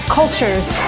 cultures